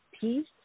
peace